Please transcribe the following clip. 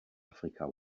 afrika